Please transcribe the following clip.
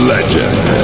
Legend